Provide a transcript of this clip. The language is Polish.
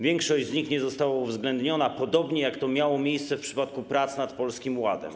Większość z nich nie została uwzględniona, podobnie jak to miało miejsce w przypadku prac nad Polskim Ładem.